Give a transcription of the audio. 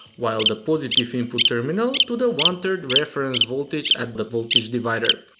while the positive input terminal to the one three reference voltage at the voltage divider.